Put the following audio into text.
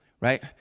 Right